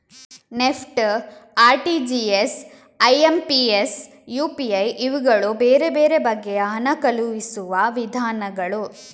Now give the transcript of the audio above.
NEFT, RTGS, IMPS, UPI ಇವುಗಳು ಬೇರೆ ಬೇರೆ ಬಗೆಯ ಹಣ ಕಳುಹಿಸುವ ವಿಧಾನಗಳು